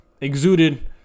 exuded